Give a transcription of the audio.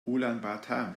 ulaanbaatar